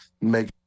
make